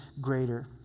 greater